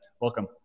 Welcome